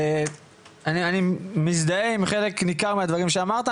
אני מזדהה עם חלק ניכר מהדברים שאמרת,